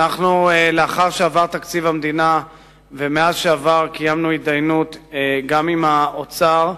לאחר שתקציב המדינה עבר ומאז שעבר קיימנו התדיינות גם עם האוצר,